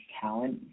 talent